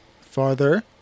Farther